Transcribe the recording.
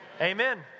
Amen